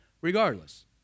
Regardless